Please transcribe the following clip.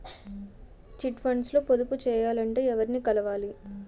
Chit funds లో పొదుపు చేయాలంటే ఎవరిని కలవాలి?